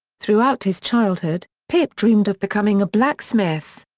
throughout his childhood, pip dreamed of becoming a blacksmith.